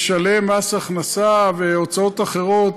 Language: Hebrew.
לשלם מס הכנסה והוצאות אחרות,